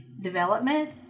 development